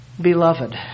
Beloved